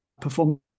perform